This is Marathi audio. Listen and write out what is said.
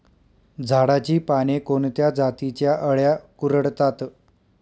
झाडाची पाने कोणत्या जातीच्या अळ्या कुरडतात?